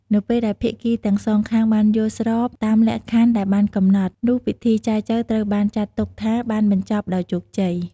នៅពេលដែលភាគីទាំងសងខាងបានយល់ព្រមតាមលក្ខខណ្ឌដែលបានកំណត់ នោះពិធីចែចូវត្រូវបានចាត់ទុកថាបានបញ្ចប់ដោយជោគជ័យ។